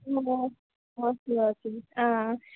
ആ